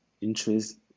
interest